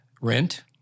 Rent